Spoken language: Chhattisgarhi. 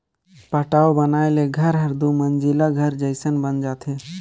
पटाव बनाए ले घर हर दुमंजिला घर जयसन बन जाथे